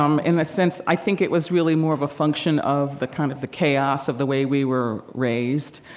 um in the sense, i think it was really more of a function of the kind of the chaos of the way we were raised.